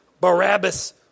Barabbas